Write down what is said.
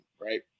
right